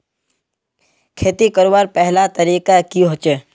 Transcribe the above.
खेती करवार पहला तरीका की होचए?